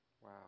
Wow